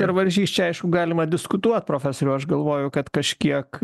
ir varžys čia aišku galima diskutuot profesoriau aš galvoju kad kažkiek